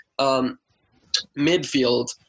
midfield